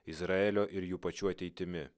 izraelio ir jų pačių ateitimi